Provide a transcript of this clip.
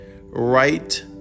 right